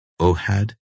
Ohad